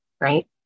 right